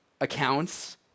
accounts